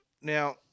now